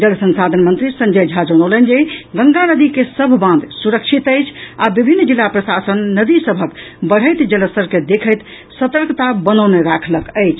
जल संसाधन मंत्री संजय झा जनौलनि जे गंगा नदी के सभ बांध सुरक्षित अछि आ विभिन्न जिला प्रशासन नदी सभक बढ़ैत जलस्तर के देखैत सतर्क बनौने रखिलक अछि